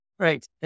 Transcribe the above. Right